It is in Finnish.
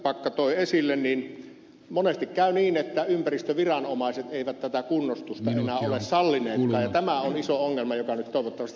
vistbacka toi esille niin monesti käy niin että ympäristöviranomaiset eivät tätä kunnostusta enää ole sallineetkaan ja tämä on iso ongelma joka nyt toivottavasti selviää